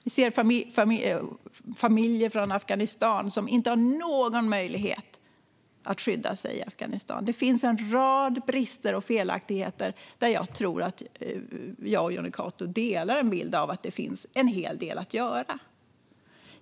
Vi ser familjer från Afghanistan som inte har någon möjlighet att skydda sig i Afghanistan. Det finns en rad brister och felaktigheter där jag tror att jag och Jonny Cato delar bilden att det finns en hel del att göra.